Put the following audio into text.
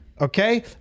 Okay